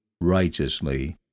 righteously